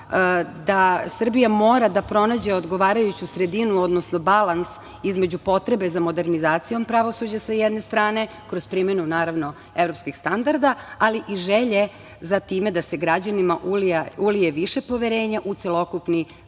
da Srbija mora da pronađe odgovarajuću sredinu, odnosno balans između potrebe za modernizacijom pravosuđa sa jedne strane kroz primenu evropskih standarda, ali i želje za time da se građanima ulije više poverenja u celokupni